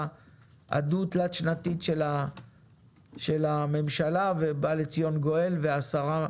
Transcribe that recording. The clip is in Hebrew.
הדו-תלת שנתית של הממשלה ובא לציון גואל והשרה